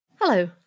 Hello